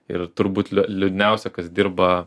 ir turbūt liu liūdniausia kas dirba